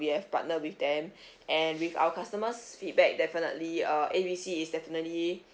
we have partner with them and with our customers' feedback definitely uh A B C is definitely